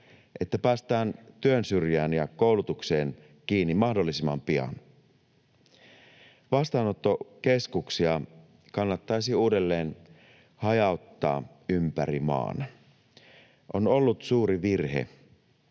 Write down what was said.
että päästään työn syrjään ja koulutukseen kiinni mahdollisimman pian. Vastaanottokeskuksia kannattaisi uudelleen hajauttaa ympäri maan. On ollut suuri virhe